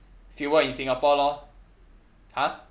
fieldwork in singapore lor !huh!